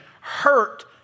hurt